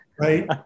right